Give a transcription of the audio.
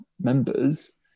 members